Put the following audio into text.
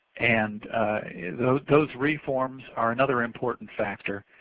and those those reforms are another important factor.